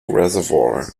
reservoir